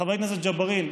חבר הכנסת ג'בארין,